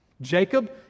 Jacob